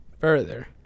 Further